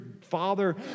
father